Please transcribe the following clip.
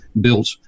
built